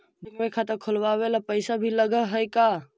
Bank में खाता खोलाबे ल पैसा भी लग है का?